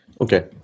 Okay